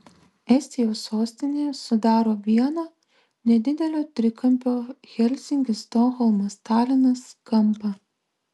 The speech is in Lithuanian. estijos sostinė sudaro vieną nedidelio trikampio helsinkis stokholmas talinas kampą